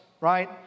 right